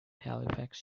halifax